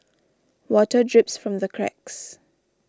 water drips from the cracks